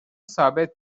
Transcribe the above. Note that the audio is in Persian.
ثابت